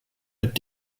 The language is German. mit